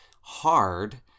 hard